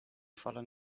fallen